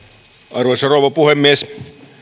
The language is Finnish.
arvoisa rouva puhemies